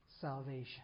salvation